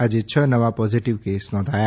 આજે છ નવા પોઝીટીવ કેસ નોધાયા